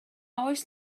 oes